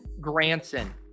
Granson